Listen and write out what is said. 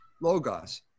Logos